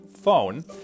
phone